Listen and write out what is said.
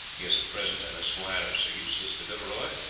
he is at present an esquire of sir eustace de villeroy,